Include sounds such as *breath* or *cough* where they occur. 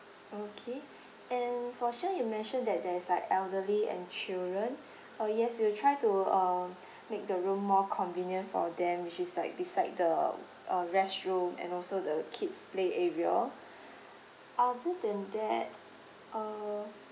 okay and for sure you mentioned that there is like elderly and children oh yes we will try to uh make the room more convenient for them which is like beside the uh restroom and also the kids play area *breath* other than that uh